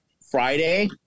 Friday